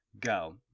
go